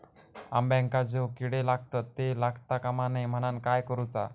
अंब्यांका जो किडे लागतत ते लागता कमा नये म्हनाण काय करूचा?